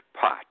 pot